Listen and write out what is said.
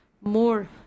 more